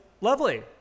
lovely